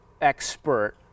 expert